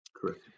Correct